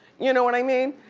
you know what i mean?